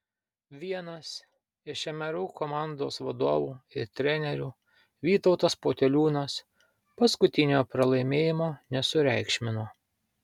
vienas iš mru komandos vadovų ir trenerių vytautas poteliūnas paskutinio pralaimėjimo nesureikšmino